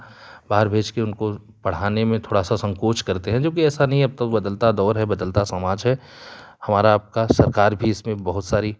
बाहर भेज के उनको पढ़ाने में थोड़ा सा संकोच करते हैं जो कि ऐसा नहीं है अब तो बदलता दौर है बदलता समाज है हमारा आपका सरकार भी इसमें बहुत सारी